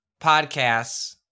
podcasts